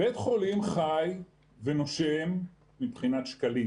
בית חולים חי ונושם מבחינת שקלים.